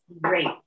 great